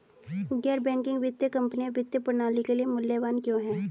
गैर बैंकिंग वित्तीय कंपनियाँ वित्तीय प्रणाली के लिए मूल्यवान क्यों हैं?